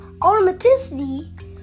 automaticity